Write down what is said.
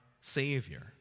Savior